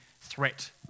threat